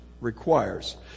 requires